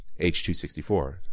H.264